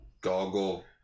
goggle